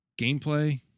Gameplay